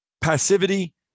Passivity